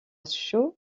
chaud